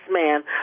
man